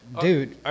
dude